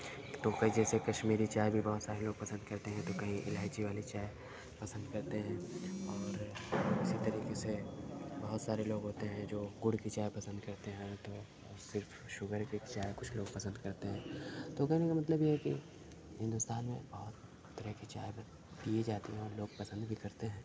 تو جیسے کشمیری چائے بھی بہت سارے لوگ پسند کرتے ہیں تو کہیں الائنچی والی چائے پسند کرتے ہیں اور اسی طریقے سے بہت سارے لوگ ہوتے ہیں جو گڑ کی چائے پسند کرتے ہیں تو صرف شوگر کی چائے کچھ لوگ پسند کرتے ہیں تو کہنے کا مطلب یہ ہے کہ ہندوستان میں بہت طرح کی چائے پی جاتی ہے اور لوگ پسند بھی کرتے ہیں